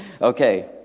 Okay